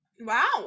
Wow